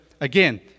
again